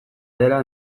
dela